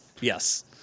Yes